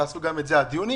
תעשו גם את זה עד יוני,